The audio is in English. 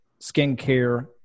skincare